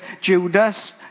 Judas